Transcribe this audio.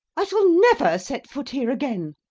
i shall never set foot here again.